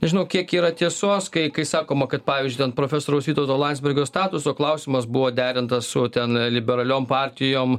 nežinau kiek yra tiesos kai kai sakoma kad pavyzdžiui profesoriaus vytauto landsbergio statuso klausimas buvo derintas su ten liberaliom partijom